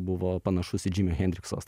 buvo panašus į džimio hendrikso